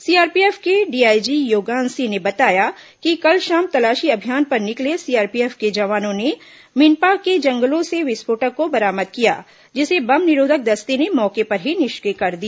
CRPF के DIG Yogyan Singh ने बताया कि कल शाम तलाशी अभियान पर निकले सीआरपीएफ के जवानों ने मिनपा के जंगलों से विस्फोटक को बरामद किया जिसे बम निरोधक दस्ते ने मौके पर ही निष्क्रिय कर दिया